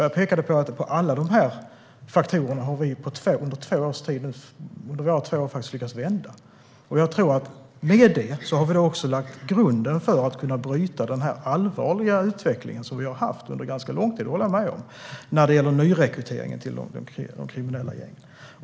Jag pekade på att alla de här faktorerna har vi på två år faktiskt lyckats vända. Med det har vi också lagt grunden för att kunna bryta den allvarliga utveckling som vi har haft under ganska lång tid - det håller jag med om - när det gäller nyrekrytering till kriminella gäng.